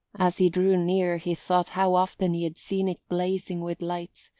as he drew near he thought how often he had seen it blazing with lights,